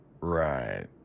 Right